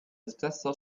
espresso